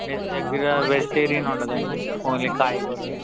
మీ దగ్గర వెజిటేరియన్ ఉండదా అండి ఓన్లీ కాయగూరలు